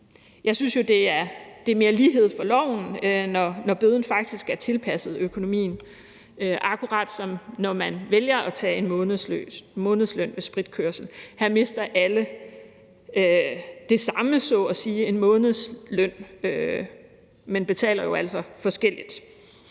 Jeg synes jo, det er mere lighed for loven, når bøden faktisk er tilpasset økonomien, akkurat som når man vælger at tage en månedsløn ved spritkørsel. Her mister alle så at sige det samme – en månedsløn – men betaler altså forskelligt.